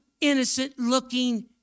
innocent-looking